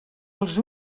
els